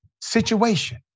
situation